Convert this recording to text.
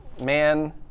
man